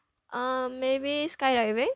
um maybe sky diving